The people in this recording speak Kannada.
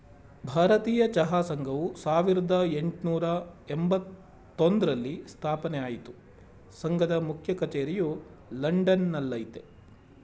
ಭಾರತೀಯ ಚಹಾ ಸಂಘವು ಸಾವಿರ್ದ ಯೆಂಟ್ನೂರ ಎಂಬತ್ತೊಂದ್ರಲ್ಲಿ ಸ್ಥಾಪನೆ ಆಯ್ತು ಸಂಘದ ಮುಖ್ಯ ಕಚೇರಿಯು ಲಂಡನ್ ನಲ್ಲಯ್ತೆ